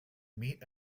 meet